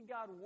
God